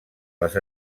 les